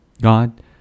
God